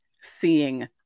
seeing